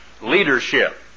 leadership